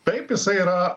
taip jisai yra